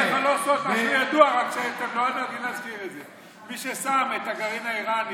אותי, מי ששם את הגרעין האיראני